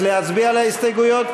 קסניה סבטלובה,